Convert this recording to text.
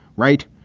right?